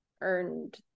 earned